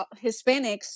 Hispanics